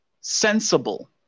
sensible